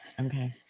okay